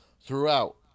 throughout